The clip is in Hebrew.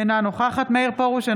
אינה נוכחת מאיר פרוש,